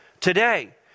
today